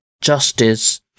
Justice